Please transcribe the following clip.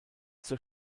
zur